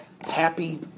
happy